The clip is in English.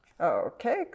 Okay